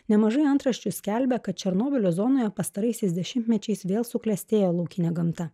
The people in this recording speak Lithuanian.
nemažai antraščių skelbė kad černobylio zonoje pastaraisiais dešimtmečiais vėl suklestėjo laukinė gamta